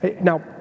Now